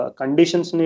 conditions